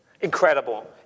Incredible